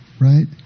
right